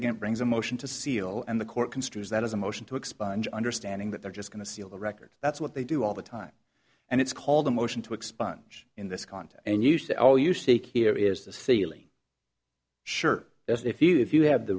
litigant brings a motion to seal and the court considers that as a motion to expunge understanding that they're just going to seal the record that's what they do all the time and it's called a motion to expunge in this contest and you say oh you see here is the ceiling sure as if you if you have the